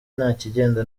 ntakigenda